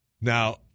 Now